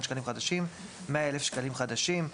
שקלים חדשים 100,000 שקלים חדשים".